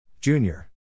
Junior